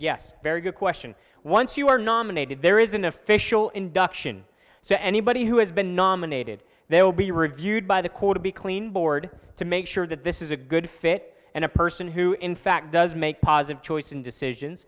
yes very good question once you are nominated there is an official induction so anybody who has been nominated they will be reviewed by the court to be clean board to make sure that this is a good fit and a person who in fact does make positive choice and decisions